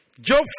Job